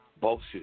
Bullshit